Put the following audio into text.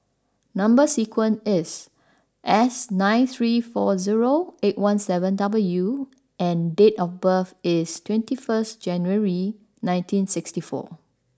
number sequence is S nine three four zero eight one seven W and date of birth is twenty first January nineteen sixty four